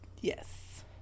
Yes